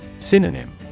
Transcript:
Synonym